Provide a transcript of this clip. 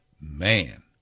man